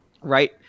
Right